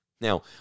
Now